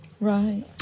Right